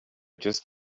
just